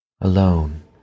Alone